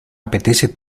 apetece